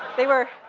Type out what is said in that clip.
they were